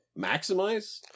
maximize